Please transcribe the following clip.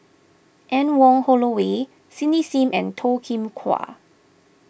Anne Wong Holloway Cindy Sim and Toh Kim Hwa